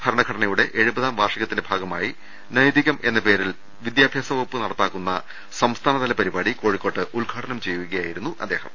ഭരണഘടനയുടെ എഴുപതാം വാർഷികത്തിന്റെ ഭാഗമായി നൈതികം എന്ന പേരിൽ വിദ്യാഭ്യാസവകുപ്പ് നടപ്പാക്കുന്ന സംസ്ഥാനതല പരിപാടി കോഴിക്കോട്ട് ഉദ്ഘാടനം ചെയ്യുകയായിരുന്നു അദ്ദേഹം